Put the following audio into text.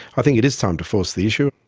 i think it is time to force the issue.